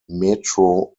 metro